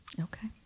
Okay